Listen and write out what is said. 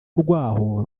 urwaho